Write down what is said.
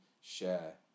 share